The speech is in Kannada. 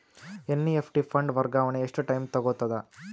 ಎನ್.ಇ.ಎಫ್.ಟಿ ಫಂಡ್ ವರ್ಗಾವಣೆ ಎಷ್ಟ ಟೈಮ್ ತೋಗೊತದ?